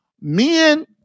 men